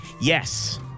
Yes